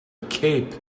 cape